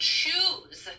choose